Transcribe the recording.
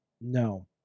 No